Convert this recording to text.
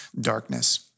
darkness